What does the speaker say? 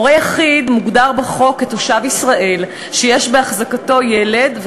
הורה יחיד מוגדר בחוק כתושב ישראל שיש בהחזקתו ילד,